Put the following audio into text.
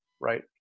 right